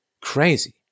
crazy